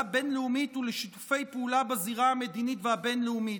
בין-לאומית ולשיתופי פעולה בזירה המדינית והבין-לאומית.